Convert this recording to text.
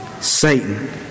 Satan